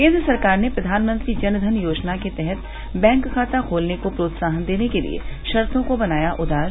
केन्द्र सरकार ने प्रधानमंत्री जन धन योजना के तहत बैंक खाता खोलने को प्रोत्साहन देने के लिए शर्तो को बनाया उदार